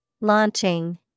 Launching